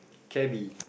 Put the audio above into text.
cabby